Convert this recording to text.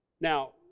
Now